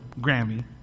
Grammy